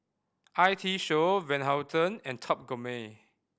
I T Show Van Houten and Top Gourmet